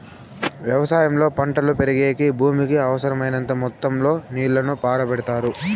వ్యవసాయంలో పంటలు పెరిగేకి భూమికి అవసరమైనంత మొత్తం లో నీళ్ళను పారబెడతారు